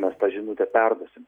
mes tą žinutę perduosim